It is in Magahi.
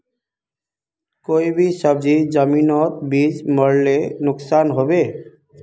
कोई भी सब्जी जमिनोत बीस मरले नुकसान होबे?